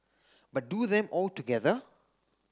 but do them all together